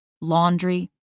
laundry